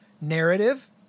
narrative